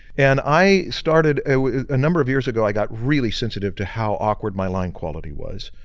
and i started a ah number of years ago i got really sensitive to how awkward my line quality was,